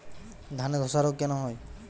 ধানে ধসা রোগ কেন হয়?